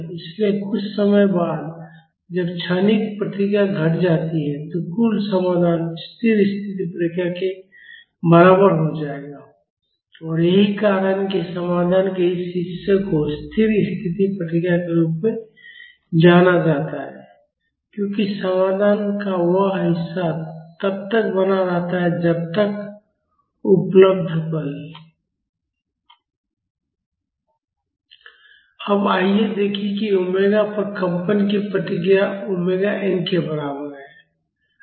इसलिए कुछ समय बाद जब क्षणिक प्रतिक्रिया घट जाती है तो कुल समाधान स्थिर स्थिति प्रतिक्रिया के बराबर हो जाएगा और यही कारण है कि समाधान के इस हिस्से को स्थिर स्थिति प्रतिक्रिया के रूप में जाना जाता है क्योंकि समाधान का वह हिस्सा तब तक बना रहता है जब तक उपलब्ध बल अब आइए देखें कि ओमेगा पर कंपन की प्रतिक्रिया ओमेगा n के बराबर है